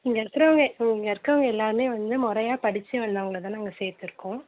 இங்கே இருக்கிறவங்க இங்கே இருக்கறவங்க எல்லோருமே வந்து முறையா படிச்சு வந்தவங்கள் தான் நாங்கள் சேர்த்துருக்கோம்